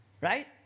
right